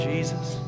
Jesus